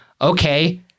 okay